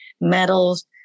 metals